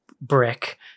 brick